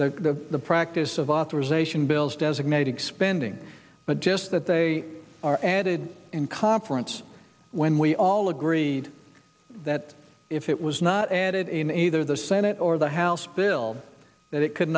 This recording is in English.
even the practice of authorization bills designating spending but just that they are added in conference when we all agreed that if it was not added in either the senate or the house bill that it could